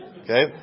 Okay